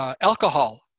alcohol